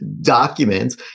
documents